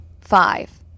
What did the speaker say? Five